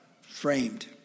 framed